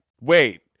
wait